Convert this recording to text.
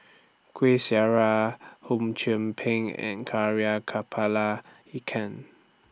Kueh Syara Hum Chim Peng and Kepala Ikan